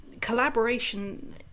collaboration